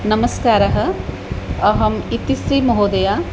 नमस्कारः अहम् इत्तिस्री महोदय